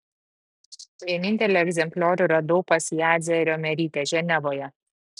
vienintelį egzempliorių radau pas jadzią riomerytę ženevoje